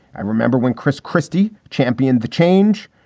i remember when chris christie championed the change.